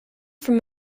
from